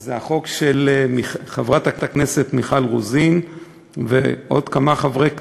וזה החוק של חברת הכנסת מיכל רוזין ועוד כמה חברי כנסת.